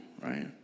right